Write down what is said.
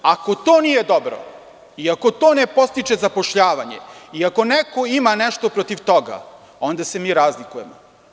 Ako to nije dobro i ako to ne podstiče zapošljavanje i ako neko ima nešto protiv toga, onda se mi razlikujemo.